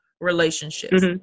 relationships